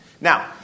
Now